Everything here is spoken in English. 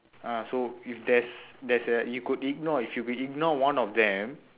uh so if there's there's a you could ignore if you could ignore one of them